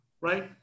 Right